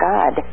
God